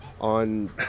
on